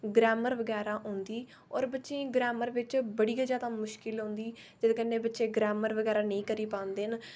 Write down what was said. grammar बगैरा होंदी और बच्चे गी ग्रामर बिच्च गै ज्यादा मुश्किल होंदी जेहदे कन्नै बच्चे ग्रामर बगैरा नेईं करी पांदे ना